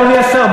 אדוני השר?